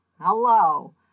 hello